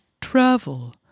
travel